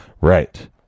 right